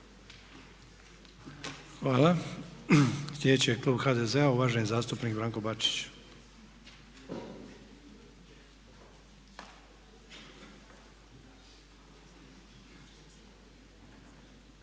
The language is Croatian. Hvala. Sljedeći je klub HDZ-a, uvaženi zastupnik Branko Bačić.